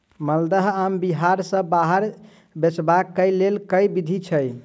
माल्दह आम बिहार सऽ बाहर बेचबाक केँ लेल केँ विधि छैय?